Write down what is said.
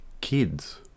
kids